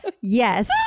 Yes